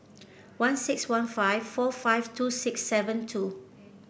one six one five four five two six seven two